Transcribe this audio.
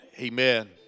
Amen